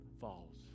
falls